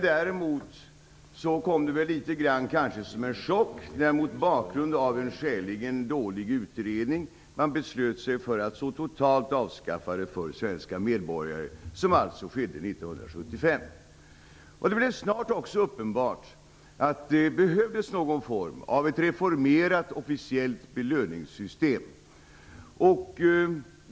Däremot kom det som något av en chock, mot bakgrund av en skäligen dålig utredning, när man 1975 beslöt sig för att så totalt avskaffa det för svenska medborgare. Det blev snart också uppenbart att det behövdes någon form av reformerat officiellt belöningssystem.